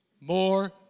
more